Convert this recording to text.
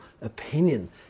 opinion